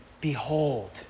behold